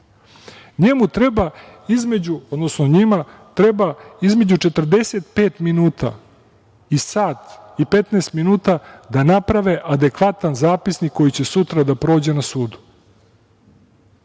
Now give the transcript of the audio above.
njima treba između 45 minuta i sat i 15 minuta da naprave adekvatan zapisnik koji će sutra da prođe na sudu.